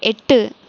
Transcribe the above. எட்டு